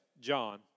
John